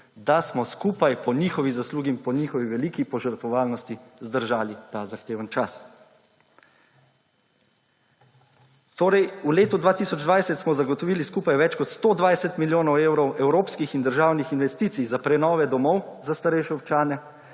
da smo skupaj po njihovi zaslugi in po njihovi veliki požrtvovalnosti zdržali ta zahteven čas. **7. TRAK: (SC) – 14.30** (nadaljevanje) Torej v letu 2020 smo zagotovili skupaj več kot 120 milijonov evrov evropskih in državnih investicij za prenove domov za starejše občane